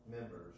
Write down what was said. members